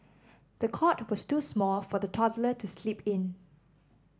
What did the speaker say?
the cot was too small for the toddler to sleep in